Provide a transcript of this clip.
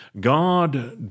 God